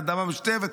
אדמה משותפת,